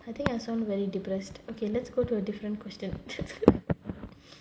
I think I sound very depressed okay let's go to a different question